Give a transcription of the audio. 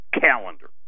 calendar